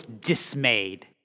dismayed